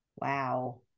Wow